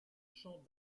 champ